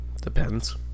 Depends